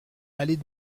allée